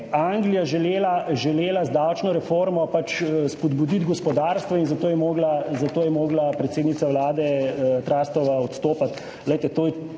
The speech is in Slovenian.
Anglija želela z davčno reformo pač spodbuditi gospodarstvo in zato je mogla predsednica Vlade Trussova odstopiti.